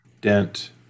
Dent